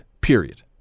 period